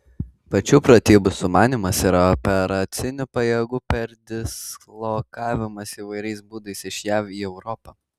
pačių pratybų sumanymas yra operacinių pajėgų perdislokavimas įvairiais būdais iš jav į europą